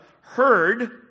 heard